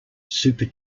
super